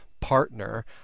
partner